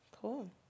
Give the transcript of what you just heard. Cool